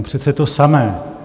Přece to samé.